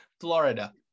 Florida